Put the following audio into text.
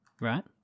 Right